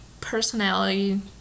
personality